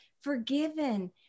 forgiven